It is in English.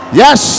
yes